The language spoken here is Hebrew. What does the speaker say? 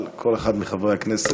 אבל כל אחד מחברי הכנסת.